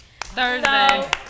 Thursday